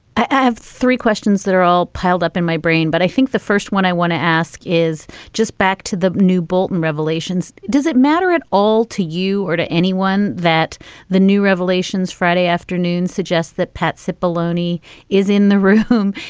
i have three questions that are all piled up in my brain. but i think the first one i want to ask is just back to the new bolton revelations. does it matter at all to you or to anyone that the new revelations friday afternoon suggests that pet sip baloney is in the room,